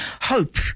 hope